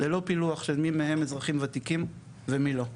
ללא פילוח של מי מהם אזרחים וותיקים ומי לא.